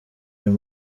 uyu